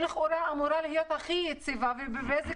שלכאורה אמורה להיות הכי יציבה ובבזק